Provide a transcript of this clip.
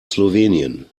slowenien